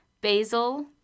basil